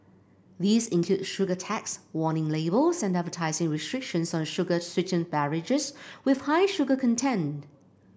these include sugar tax warning labels and advertising restrictions on sugar sweetened beverages with high sugar content